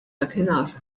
dakinhar